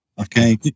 Okay